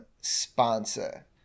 sponsor